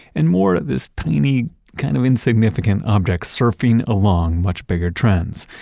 and more this tiny kind of insignificant object surfing along much bigger trends.